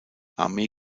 armee